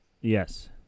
Yes